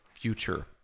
future